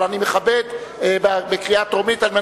אבל אני מכבד בקריאה הטרומית,